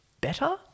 better